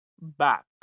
back